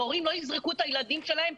המורים לא יזרקו את הילדים שלהם,